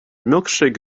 milkshake